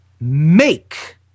make